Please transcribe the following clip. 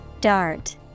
dart